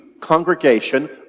congregation